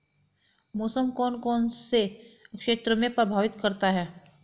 मौसम कौन कौन से क्षेत्रों को प्रभावित करता है?